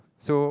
so